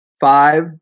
five